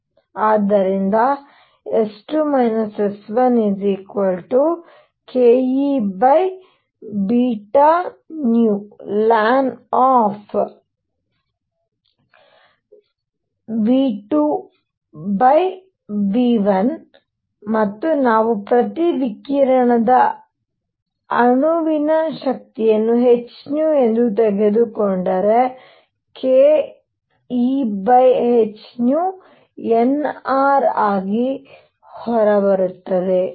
ಆದ್ದರಿಂದ S2 S1 kEβνln V2V1 ಮತ್ತು ನಾವು ಪ್ರತಿ ವಿಕಿರಣ ಅಣುವಿನ ಶಕ್ತಿಯನ್ನು h ಎಂದು ತೆಗೆದುಕೊಂಡರೆ kEh n R ಆಗಿ ಹೊರಬರುತ್ತದೆ